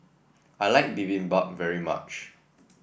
I like Bibimbap very much